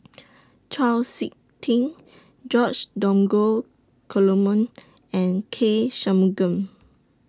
Chau Sik Ting George Dromgold Coleman and K Shanmugam